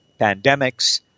pandemics